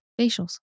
Facials